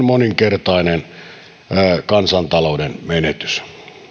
moninkertainen kansantalouden menetys